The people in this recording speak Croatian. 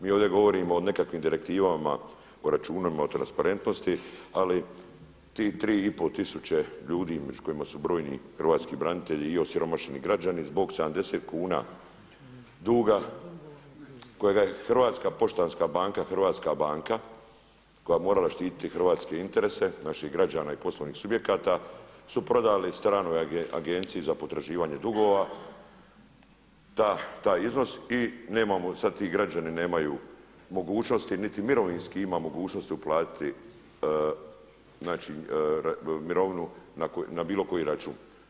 Mi ovdje govorimo o nekakvim direktivama, o računima, o transparentnosti ali tih 3,5 tisuće ljudi među kojima su brojni hrvatski branitelji i osiromašeni građani zbog 70 kuna duga kojega je HNB, hrvatska banka, koja bi morala štititi hrvatske interese, naših građana i poslovnih subjekata su prodali stranoj agenciji za potraživanje dugova taj iznos i nemamo, sada ti građani nemaju mogućnosti niti mirovinski ima mogućnosti uplatiti znači mirovinu na bilo koji račun.